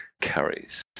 carries